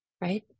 right